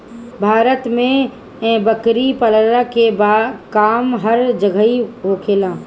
भारत में बकरी पलला के काम हर जगही होखेला